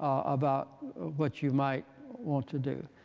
about what you might want to do.